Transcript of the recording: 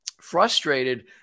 Frustrated